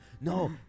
No